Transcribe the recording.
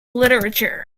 literature